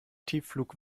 tiefflug